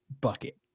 bucket